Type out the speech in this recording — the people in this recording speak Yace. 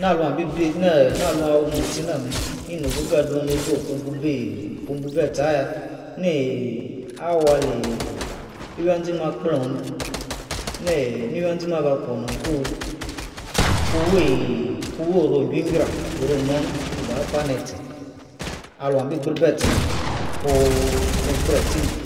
Na alu abi ne-eh alua awu msotie na-mem ne-no-ogogo ado ni-bi aku buo ebi etie ayah neh awuo-ali iwia-zi mer akplong mem neh iwia zi mem aba kwono kor ku woru ojri-jra omana kuba pane-tie alu abi gbre tie-no